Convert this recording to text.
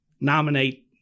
Nominate